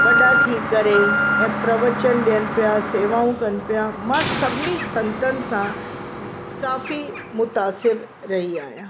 वॾा थी करे ऐं प्रवचन ॾियनि पिया शेवाऊं कनि पिया मां सभिनी संतनि सां काफी मुतासिर रही आहियां